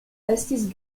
estis